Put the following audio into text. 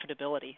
profitability